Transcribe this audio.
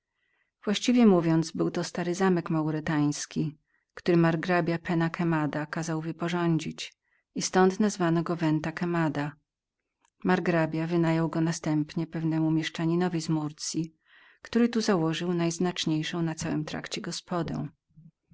właściwie mówiąc był to zamek maurytański który margrabia penna quemada kazał wyporządzić i ztąd nazwano go venta quemada margrabia wynajął go następnie pewnemu mieszkańcowi z murcyi który w nim założył najznaczniejszą w całym